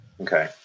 Okay